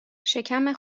شکم